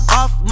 off